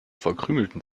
verkrümelten